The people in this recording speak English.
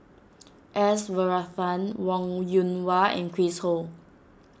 S Varathan Wong Yoon Wah and Chris Ho